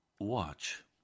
Watch